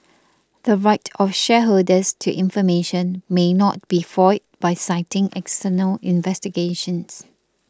the right of shareholders to information may not be foiled by citing external investigations